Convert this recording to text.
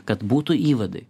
kad būtų įvadai